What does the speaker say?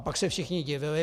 Pak se všichni divili.